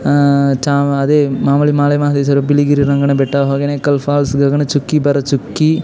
ಚಾಮ ಅದೇ ಮಾಮೂಲಿ ಮಲೆ ಮಹದೇಶ್ವರ ಬಿಳಿಗಿರಿ ರಂಗನ ಬೆಟ್ಟ ಹೊಗೇನಕಲ್ ಫಾಲ್ಸ್ ಗಗನಚುಕ್ಕಿ ಭರಚುಕ್ಕಿ